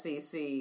SEC